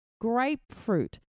Grapefruit